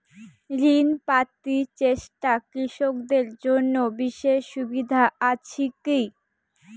ঋণ পাতি চেষ্টা কৃষকদের জন্য বিশেষ সুবিধা আছি কি?